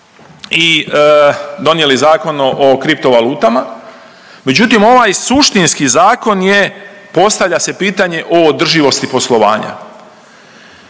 i donijeli Zakon o kripto valutama, međutim ovaj suštinski zakon je postavlja se pitanje o održivosti poslovanja.